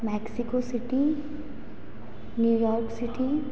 Mexico city New York City